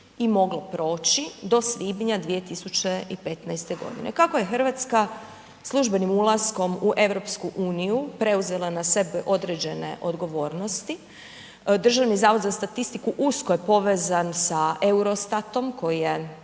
i moglo proći do svibnja 2015. godine. Kako je Hrvatska službenim ulaskom u EU preuzela na sebe određene odgovoriti, Državni zavod za statistiku usko je povezan sa Eurostatom koji je